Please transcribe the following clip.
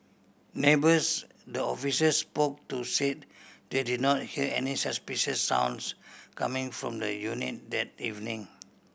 neighbours the officers spoke to said they did not hear any suspicious sounds coming from the unit that evening